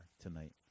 tonight